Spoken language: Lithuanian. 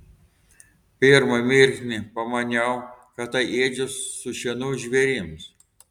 pirmą mirksnį pamaniau kad tai ėdžios su šienu žvėrims